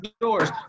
doors